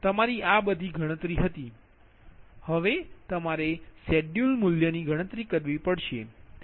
હવે તમારે શેડ્યૂલ મૂલ્યની ગણતરી કરવી પડશે